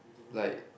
like